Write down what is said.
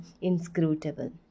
inscrutable